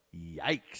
yikes